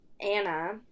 Anna